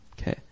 Okay